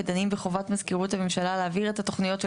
ודנים בחובת מזכירות הממשלה להעביר את התוכניות של